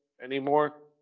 anymore